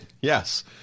Yes